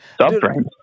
subframes